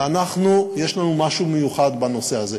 ואנחנו, יש לנו משהו מיוחד בנושא הזה.